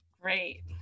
Great